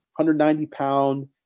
190-pound